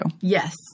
Yes